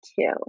two